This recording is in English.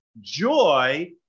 joy